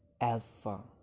alpha